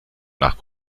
nach